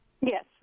Yes